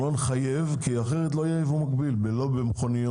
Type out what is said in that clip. כי אם נחייב לא יהיה ייבוא מקביל במכוניות,